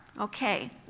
okay